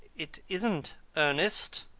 it isn't ernest